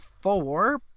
four